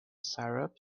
syrup